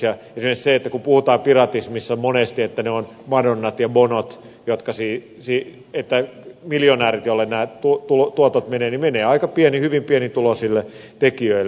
esimerkiksi kun puhutaan piratismissa monesti että ne ovat madonnat ja bonot miljonäärit joille nämä tuotot menevät niin ne menevät hyvin pienituloisille tekijöille